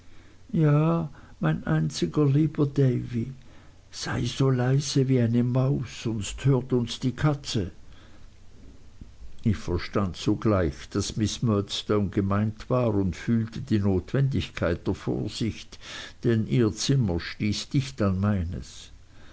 ja mein einziger lieber davy sei so leise wie eine maus sonst hört uns die katze ich verstand sogleich daß miß murdstone gemeint war und fühlte die notwendigkeit der vorsicht denn ihr zimmer stieß dicht an meines